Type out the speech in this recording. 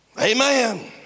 Amen